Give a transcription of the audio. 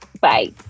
bye